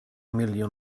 miliwn